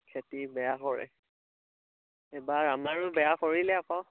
খেতি বেয়া কৰে এইবাৰ আমাৰো বেয়া কৰিলে আকৌ